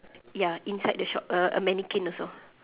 ya inside the shop uh a mannequin also